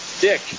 Dick